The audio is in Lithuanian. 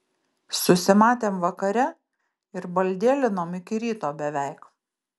susimatėm vakare ir baldėlinom iki ryto beveik